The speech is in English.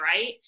right